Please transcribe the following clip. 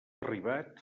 arribat